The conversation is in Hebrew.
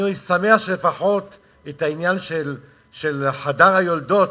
ואני שמח שלפחות את העניין של חדר היולדות,